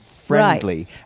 friendly